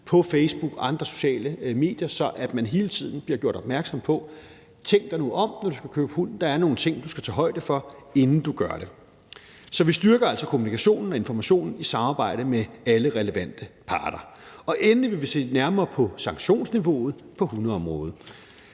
på Facebook og andre sociale medier, så man hele tiden bliver gjort opmærksom på, at man skal tænke sig om, når man køber hund, og at der er nogle ting, man skal tage højde for, inden man gør det. Så vi styrker altså kommunikationen og informationen i samarbejde med alle relevante parter. Endelig vil vi se nærmere på sanktionsniveauet på hundeområdet.